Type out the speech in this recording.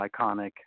iconic